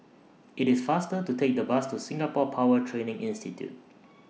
IT IS faster to Take The Bus to Singapore Power Training Institute